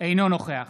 אינו נוכח